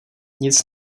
nic